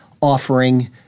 offering